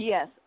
Yes